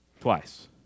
twice